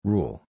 Rule